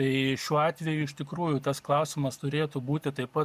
tai šiuo atveju iš tikrųjų tas klausimas turėtų būti taip pat